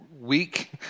week